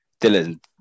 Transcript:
Dylan